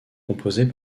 composés